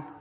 i